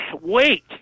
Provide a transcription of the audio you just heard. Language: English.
wait